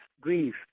grief